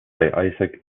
isaac